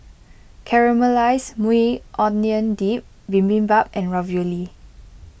Caramelized Maui Onion Dip Bibimbap and Ravioli